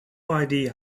idea